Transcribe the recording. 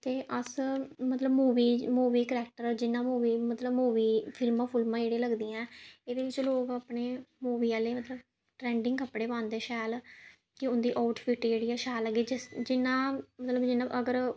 ते अस मतलब मूवी मूवी करैक्टर जियां मूवी मतलब मूवी फिल्मां फुल्मां जेह्ड़यां लगदियां ऐ एह्दे बिच्च लोक अपने मूवी आह्ले मतलब ट्रैंडिंग कपड़े पांदे शैल कि उं'दी आउटफिट्ट जेह्ड़ी ऐ शैल लग्गे जिस जियां मतलब कि जियां अगर